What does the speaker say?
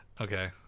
Okay